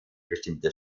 bestimmte